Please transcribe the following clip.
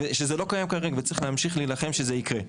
שזה לא קיים כרגע וצריך להמשיך להילחם שזה יקרה.